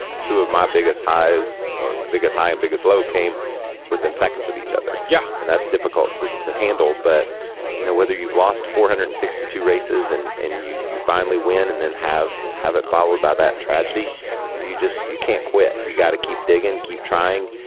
two of my biggest highs or biggest high and biggest low came within seconds of each other. yeah and that's difficult to to handle but you know whether you've lost four hundred and sixty two races and and you you finally win and then have have it followed by that tragedy you just you can't quit. you've got to keep dig and keep trying.